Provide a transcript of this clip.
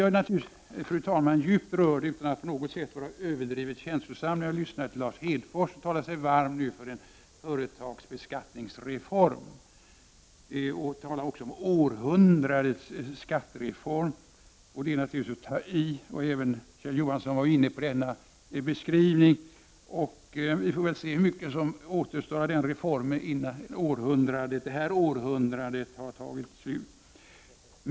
Utan att på något sätt vara överdrivet känslosam måste jag säga att jag blev djupt rörd när jag lyssnade till Lars Hedfors, som talade sig varm för en företagsbeskattningsreform. Han talade om ”århundradets skattereform”. Det är naturligtvis att ta i. Även Kjell Johansson var inne på samma beskrivning. Men vi får väl se hur mycket som återstår av reformen före det här århundradets slut.